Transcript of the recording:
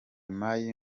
mayi